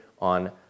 on